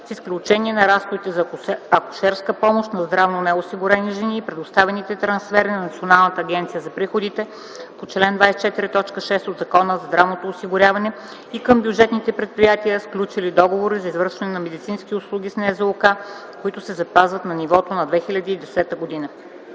с изключение на разходите за акушерска помощ за здравно неосигурени жени и предоставени трансфери на Националната агенция по приходите по чл. 24, т. 6 от Закона за здравното осигуряване и към бюджетните предприятия, сключили договори за извършване на медицински услуги с НЗОК, които се запазват на нивото на 2010 г.